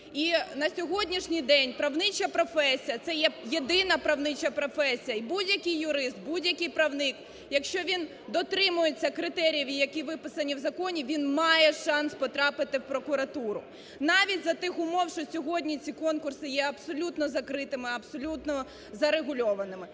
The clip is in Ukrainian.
І на сьогоднішній день правнича професія це є єдина правнича професія, і будь-який юрист, будь-який правник, якщо він дотримується критеріїв, які виписані в законі, він має шанс потрапити в прокуратуру навіть за тих умов, що сьогодні ці конкурси є абсолютно закритими, абсолютно зарегульованими.